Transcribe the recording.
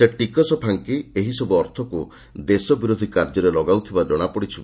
ସେ ଟିକସ ଫାଙ୍କି ଏହି ସବୁ ଅର୍ଥକୁ ଦେଶ ବିରୋଧୀ କାର୍ଯ୍ୟରେ ଲଗାଉଥିବା ଜଣାପଡ଼ିଛି